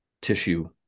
tissue